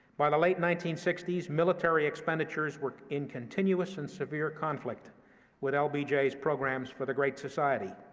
by the late nineteen sixty s, military expenditures were in continuous and severe conflict with ah lbj's programs for the great society,